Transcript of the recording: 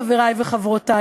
חברי וחברותי,